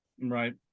Right